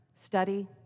study